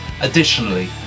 Additionally